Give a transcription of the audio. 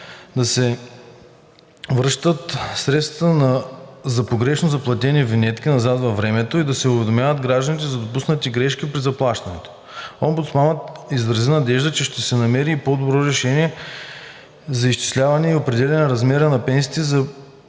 да се връщат средствата за погрешно заплатени винетки назад във времето и да се уведомяват гражданите за допуснатите грешки при заплащането. Омбудсманът изрази надежда, че ще се намери и по-добро решение при изчисляването и определянето на размера на пенсиите за